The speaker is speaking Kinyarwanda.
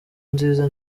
nziza